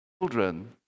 children